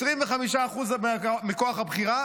25% מכוח הבחירה,